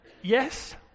Yes